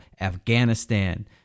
Afghanistan